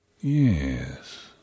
Yes